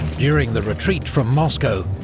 during the retreat from moscow,